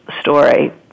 story